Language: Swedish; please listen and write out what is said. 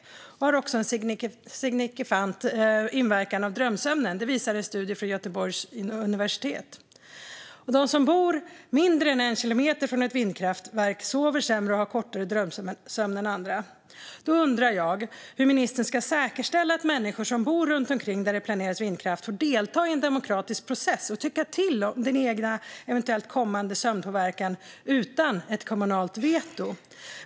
Vindkraftsljud har också en signifikant inverkan på drömsömnen; det visar en studie vid Göteborgs universitet. De som bor mindre än en kilometer från ett vindkraftverk sover sämre och har kortare drömsömn än andra. Jag undrar hur ministern ska säkerställa att människor som bor runt omkring platser där det planeras vindkraft får delta i en demokratisk process och tycka till om den påverkan på deras sömn som eventuellt kommer utan ett kommunalt veto.